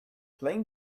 playing